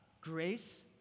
grace